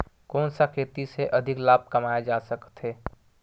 कोन सा खेती से अधिक लाभ कमाय जा सकत हे?